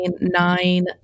nine